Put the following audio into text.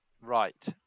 Right